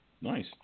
Nice